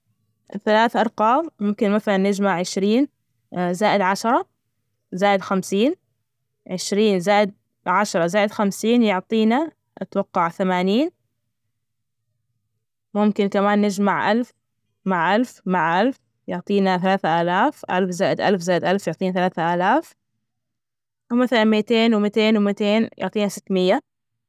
ثلاث أرقام ممكن مثلا نجمع عشرين، +، عشرة، +، خمسين، عشرين، +، عشرة، +، خمسين يعطينا أتوقع ثمانين. ممكن كمان نجمع ألف مع ألف مع ألف يعطينا ثلاثة آلاف، الف، +، الف، +، الف يعطينا ثلاثة آلاف. أو مثلا، ميتين وميتين وميتين يعطينا ست مائة.